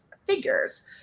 figures